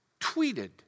tweeted